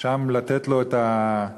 שם לתת לו את הפרס,